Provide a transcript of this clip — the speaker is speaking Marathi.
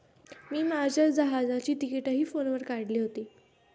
मी माझ्या जहाजाची तिकिटंही फोनवर काढली होती